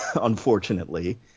unfortunately